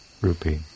rupee